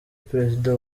perezida